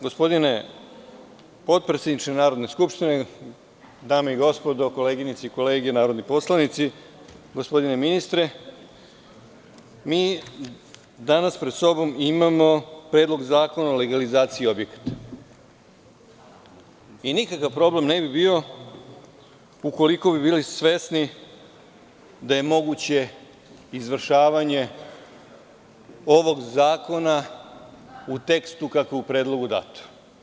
Gospodine potpredsedniče Narodne skupštine, dame i gospodo koleginice i kolege narodni poslanici, gospodine ministre, mi danas pred sobom imamo Predlog zakona o legalizaciji objekata i nikakav problem ne bi bio ukoliko bi bili svesni da je moguće izvršavanje ovog zakona u tekstu kako je u predlogu dato.